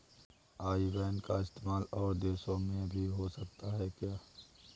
आई ban का इस्तेमाल और देशों में भी हो सकता है क्या?